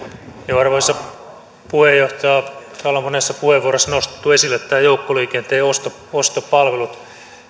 arvoisa puheenjohtaja täällä on monessa puheenvuorossa nostettu esille nämä joukkoliikenteen ostopalvelut